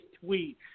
tweet